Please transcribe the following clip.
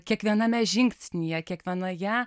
kiekviename žingsnyje kiekvienoje